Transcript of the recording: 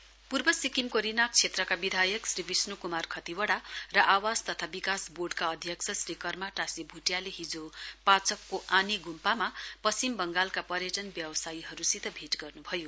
tourism पूर्व सिक्किमको रिनक क्षेत्रका विधायक श्री विष्णु कुमार खतिवड़ा र आवास तथा विकास वोर्डका अध्यक्ष श्री कर्मा टाशी भुटियाले हिजो पाचकको आनि गुम्पामा पश्चिम बङगालका व्यावसायिक पर्यटन व्यावसायीहरूसित भेट गर्न्भयो